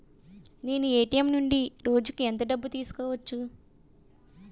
నేను ఎ.టి.ఎం నుండి రోజుకు ఎంత డబ్బు తీసుకోవచ్చు?